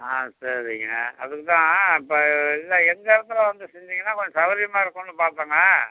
ஆ சரிங்க அதுக்கு தான் இப்போ இல்லை எங்கள் இடத்துல வந்து செஞ்சீங்கன்னால் கொஞ்சம் சவுரியமாக இருக்கும்னு பார்த்தங்க